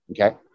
okay